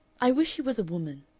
i wish he was a woman,